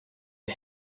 for